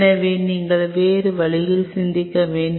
எனவே நீங்கள் வேறு வழியில் சிந்திக்க வேண்டும்